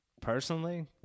personally